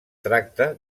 tracta